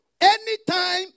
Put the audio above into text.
anytime